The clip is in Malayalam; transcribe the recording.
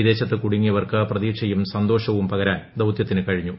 വിദേശത്ത് കുടങ്ങിയവർക്ക് പ്രതീക്ഷയും സന്തോഷവും പകരാൻ ദൌതൃത്തിന് കഴിഞ്ഞു